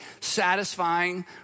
satisfying